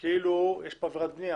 כאילו יש כאן עבירת בנייה